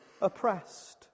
oppressed